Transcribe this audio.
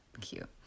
cute